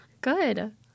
Good